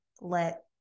let